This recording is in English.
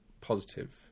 positive